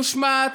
מושמץ.